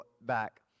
back